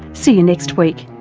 see you next week